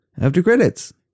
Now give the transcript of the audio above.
After-credits